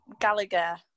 Gallagher